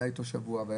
היה אתו שבוע.